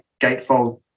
gatefold